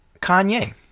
Kanye